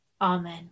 Amen